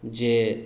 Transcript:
जे